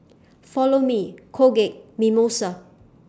Follow Me Colgate and Mimosa